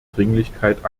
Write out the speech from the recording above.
dringlichkeit